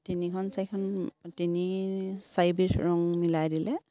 তিনিখন চাৰিখন তিনি চাৰি বিধ ৰং মিলাই দিলে